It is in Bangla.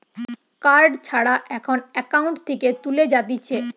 কার্ড ছাড়া এখন একাউন্ট থেকে তুলে যাতিছে